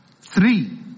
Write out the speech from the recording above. Three